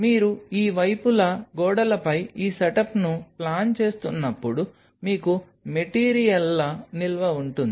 మీరు ఈ వైపుల గోడలపై ఈ సెటప్ను ప్లాన్ చేస్తున్నప్పుడు మీకు మెటీరియల్ల నిల్వ ఉంటుంది